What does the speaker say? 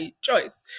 choice